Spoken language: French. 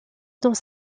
dans